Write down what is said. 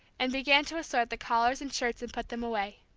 and began to assort the collars and shirts and put them away.